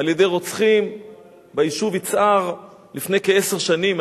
על-ידי רוצחים ביישוב יצהר לפני כעשר שנים,